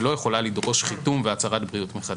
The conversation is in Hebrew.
ולא יכולה לדרוש חיתום והצהרת בריאות מחדש.